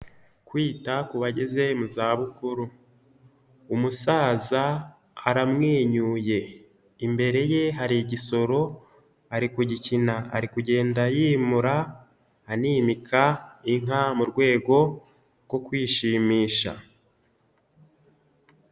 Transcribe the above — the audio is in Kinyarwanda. Kwita ku bageze mu zabukuru, umusaza aramwenyuye imbere ye hari igisoro ari kugikina ari kugenda yimura an'imika inka mu rwego rwo kwishimisha.